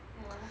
ya